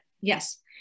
yes